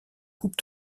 coupe